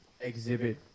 Exhibit